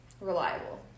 reliable